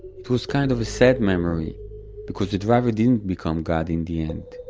it was kind of a sad memory because the driver didn't become god in the end,